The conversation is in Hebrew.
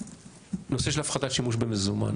נושא של הפחתת שימוש במזומן.